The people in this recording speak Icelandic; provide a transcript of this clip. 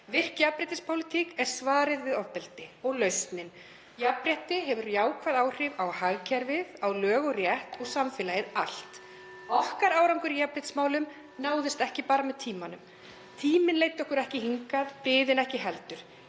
Virk jafnréttispólitík er svarið við ofbeldi og lausnin. Jafnrétti hefur jákvæð áhrif á hagkerfið, á lög og rétt og samfélagið allt. (Forseti hringir.) Okkar árangur í jafnréttismálum náðist ekki bara með tímanum. Tíminn leiddi okkur ekki hingað, biðin ekki heldur.